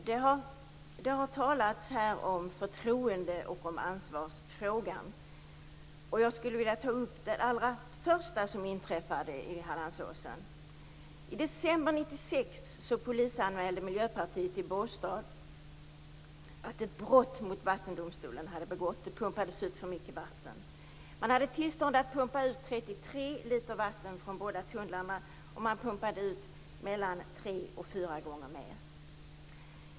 Herr talman! Det har här talats om förtroendefrågan och ansvarsfrågan. Jag skulle vilja ta upp det som inträffade allra först i Hallandsåsen. I december 1996 polisanmälde Miljöpartiet i Båstad ett brott som hade begåtts mot Vattendomstolen - det hade pumpats ut för mycket vatten. Man hade tillstånd att pumpa ut 33 liter vatten från båda tunnlarna, men man pumpade ut tre fyra gånger mer.